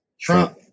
Trump